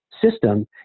System